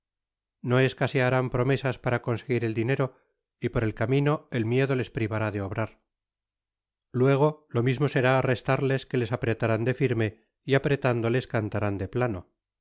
no escasearán promesas para conseguir el dinero y por el camino el miedo les privará de obrar luego lo mismo será arrestarles que les apretarán de firme y apretándoles cantarán de plano que